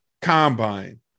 combine